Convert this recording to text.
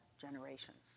generations